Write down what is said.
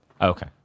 Okay